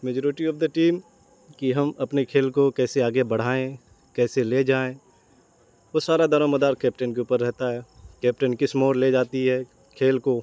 majority of the team کہ ہم اپنے کھیل کو کیسے آگے بڑھائیں کیسے لے جائیں وہ سارا دار و مدار کیپٹین کے اوپر رہتا ہے کیپٹین کس موڑ لے جاتی ہے کھیل کو